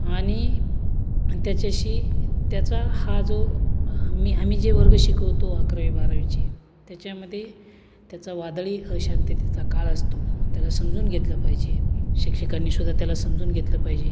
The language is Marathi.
आणि त्याच्याशी त्याचा हा जो मी आम्ही जे वर्ग शिकवतो अकरावी बारावीचे त्याच्यामध्ये त्याचा वादळी अशांततेचा काळ असतो त्याला समजून घेतलं पाहिजे शिक्षकांनीसुद्धा त्याला समजून घेतलं पाहिजे